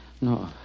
No